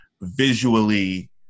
visually